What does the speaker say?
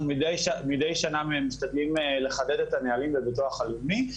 מידי שנה משתדלים לחדד את הנהלים בביטוח הלאומי.